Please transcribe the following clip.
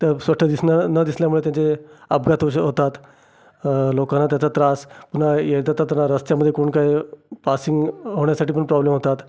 स्वच्छ दिसणार न दिसल्यामुळे त्यांचे अपघात होतात अ लोकांना त्याचा त्रास पुन्हा येताततना रस्त्यामध्ये कोण काय पासिंग होण्यासाठी पण प्रॉब्लेम होतात